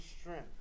strength